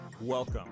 welcome